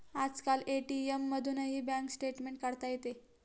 आजकाल ए.टी.एम मधूनही bank statement काढता येते